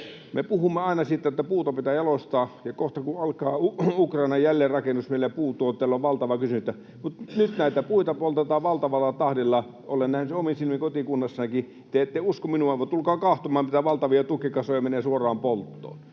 Me puhumme aina siitä, että puuta pitää jalostaa, ja kohta kun alkaa Ukrainan jälleenrakennus, niin meidän puutuotteilla on valtava kysyntä. Mutta nyt näitä puita poltetaan valtavalla tahdilla. Olen nähnyt sen omin silmin kotikunnassanikin. Te ette usko minua, mutta tulkaa katsomaan, mitä valtavia tukkikasoja menee suoraan polttoon.